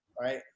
right